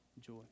joy